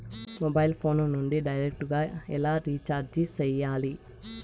mobile phone నుండి direct గా ఎలా రీచార్జి సేయాలి